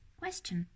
question